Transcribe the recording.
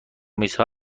میزها